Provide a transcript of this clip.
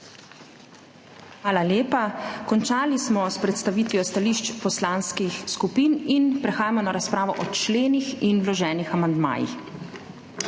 Hvala lepa. Končali smo s predstavitvijo stališč poslanskih skupin, zato prehajamo na razpravo o členih in vloženih amandmajih.